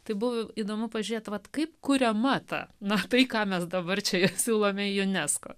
tai buvo įdomu pažiūrėti vat kaip kuriama ta nors tai ką mes dabar čia ir siūlome unesco